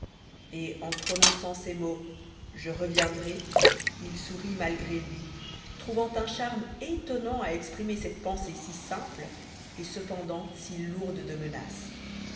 et en prononçant ces mots je reviendrai il sourit malgré lui trouvant un charme étonnant à exprimer cette pensée si simple et cependant si lourde de menaces